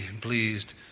pleased